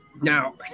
Now